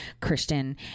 Christian